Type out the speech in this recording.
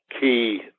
Key